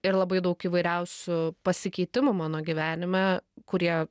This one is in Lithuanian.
ir labai daug įvairiausių pasikeitimų mano gyvenime kurie